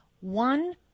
One